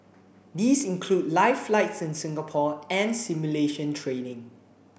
these include live flights in Singapore and simulation training